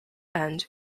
end